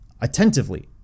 attentively